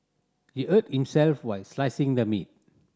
he hurt himself while slicing the meat